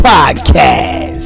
Podcast